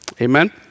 Amen